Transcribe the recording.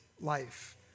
life